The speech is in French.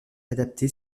adapté